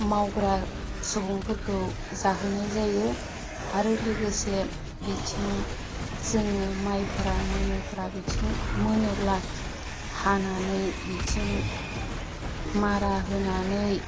मावग्रा सुबुंफोरखौ जाहोनाय जायो आरो लोगोसे बिथिं जोङो माइफोरा मोनोब्ला बिथिं मोनोब्ला हानानै बिथिं मारा होनानै